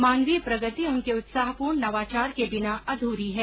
मानवीय प्रगति उनके उत्साहपूर्ण नवाचार के बिना अधूरी है